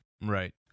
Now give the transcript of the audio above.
Right